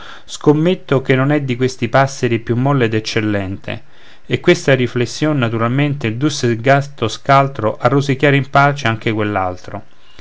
scommetto che non è di questi passeri più molle ed eccellente e questa riflession naturalmente indusse il gatto scaltro a rosicchiar in pace anche